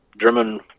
German